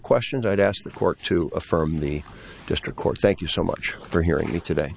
questions i'd ask the court to affirm the district court thank you so much for hearing me today